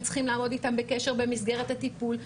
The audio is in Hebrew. צריכים לעמוד איתם בקשר במסגרת הטיפול,